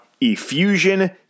effusion